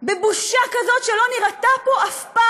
בבושה כזאת שלא נראתה פה אף פעם?